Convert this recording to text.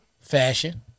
fashion